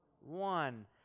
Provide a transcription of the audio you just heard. one